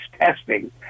testing